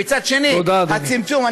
ומצד שני, הצמצום, תודה, אדוני.